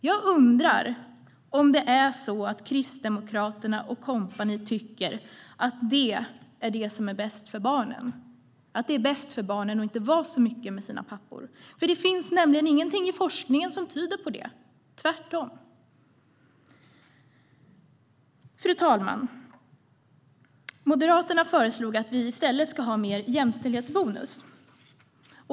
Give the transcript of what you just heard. Jag undrar om det är så att Kristdemokraterna och kompani tycker att det är det som är bäst för barnen - att det är bäst för barnen att inte vara så mycket med sina pappor. Det finns nämligen ingenting i forskningen som tyder på att det är bäst - tvärtom. Fru talman! Moderaterna föreslog att vi i stället ska ha en större jämställdhetsbonus.